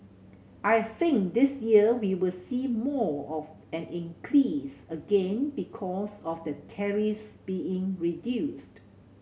I think this year we'll see more of an increase again because of the tariffs being reduced